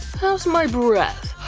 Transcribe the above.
how's my breath?